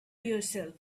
yourself